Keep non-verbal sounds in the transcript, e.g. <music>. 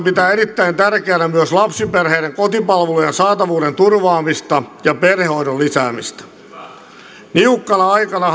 <unintelligible> pitää erittäin tärkeänä myös lapsiperheiden kotipalvelujen saatavuuden turvaamista ja perhehoidon lisäämistä niukkana aikana <unintelligible>